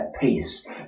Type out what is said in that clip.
peace